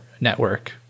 network